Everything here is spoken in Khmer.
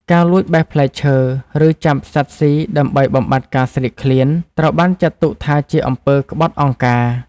ការលួចបេះផ្លែឈើ ឬចាប់សត្វស៊ីដើម្បីបំបាត់ការស្រេកឃ្លាន ត្រូវបានចាត់ទុកថាជាអំពើក្បត់អង្គការ។